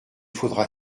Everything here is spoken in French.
faudra